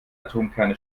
atomkerne